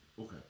Okay